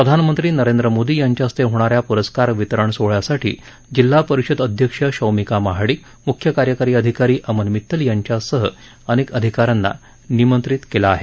प्रधानमंत्री नरेंद्र मोदी यांच्या हस्ते होणा या पुरस्कार वितरण सोहळ्यासाठी जिल्हा परिषद अध्यक्ष शौमिका महाडिक मुख्यकार्यकारी अधिकारी अमन मित्तल यांच्यासह अनेक अधिकाऱ्यांना निमंत्रित केलं आहे